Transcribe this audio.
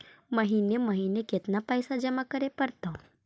महिने महिने केतना पैसा जमा करे पड़तै?